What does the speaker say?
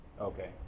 Okay